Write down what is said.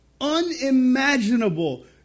unimaginable